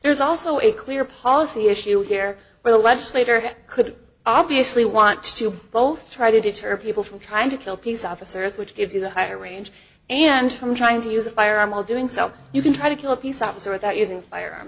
there's also a clear policy issue here where the legislator could obviously want to both try to deter people from trying to kill peace officers which gives you the higher range and from trying to use a firearm while doing so you can try to kill a peace officer without using fire